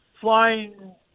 flying